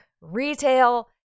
retail